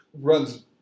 runs